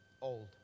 old